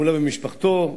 מולה ומשפחתו,